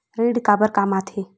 ऋण काबर कम आथे?